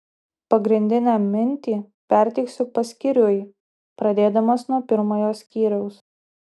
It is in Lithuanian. pagrindinę mintį perteiksiu paskyriui pradėdamas nuo pirmojo skyriaus